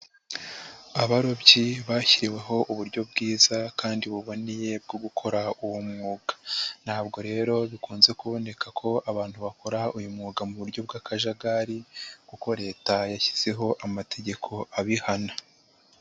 Abarobyi bashyiriweho uburyo bwiza kandi buboneye bwo gukora uwo mwuga. Ntabwo rero bikunze kuboneka ko abantu bakora uyu mwuga mu buryo bw'akajagari kuko leta yashyizeho amategeko abihana.